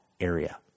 area